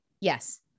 Yes